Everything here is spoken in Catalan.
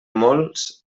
molts